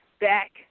back